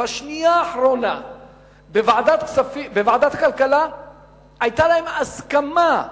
בשנייה האחרונה בוועדת הכלכלה היתה להם הסכמה